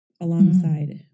alongside